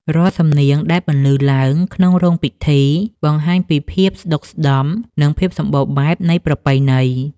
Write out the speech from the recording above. សំនៀងដែលបន្លឺឡើងក្នុងរោងពិធី បង្ហាញពីភាពស្ដុកស្ដម្ភ និងភាពសម្បូរបែបនៃប្រពៃណី។